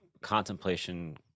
contemplation